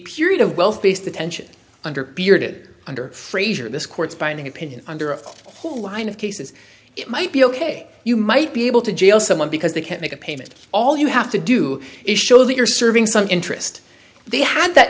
period of well faced attention under bearded under frazier this court's binding opinion under a whole line of cases it might be ok you might be able to jail someone because they can't make a payment all you have to do is show that you're serving some interest they had that